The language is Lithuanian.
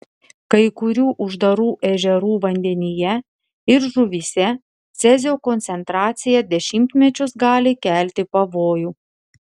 kai kurių uždarų ežerų vandenyje ir žuvyse cezio koncentracija dešimtmečius gali kelti pavojų